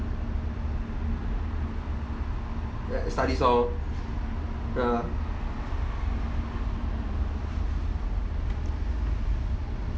studies lor ya